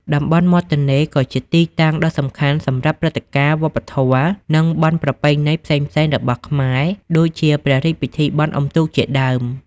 តំបន់មាត់ទន្លេក៏ជាទីតាំងដ៏សំខាន់សម្រាប់ព្រឹត្តិការណ៍វប្បធម៌ និងបុណ្យប្រពៃណីផ្សេងៗរបស់ខ្មែរ ដូចជាព្រះរាជពិធីបុណ្យអុំទូកជាដើម។